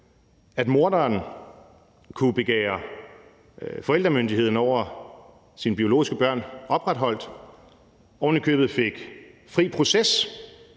at morderen kunne begære forældremyndigheden over sine biologiske børn opretholdt og ovenikøbet fik fri proces,